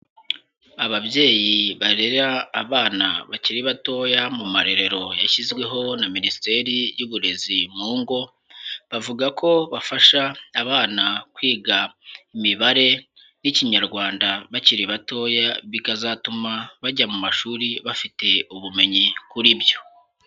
Ababyeyi barera abana bakiri batoya mu marerero yashyizweho na Minisiteri y'Uburezi mu ngo, bavuga ko bafasha abana kwiga Imibare n'Ikinyarwanda bakiri batoya bikazatuma bajya mu mashuri bafite ubumenyi kuri byo.